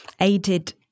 aided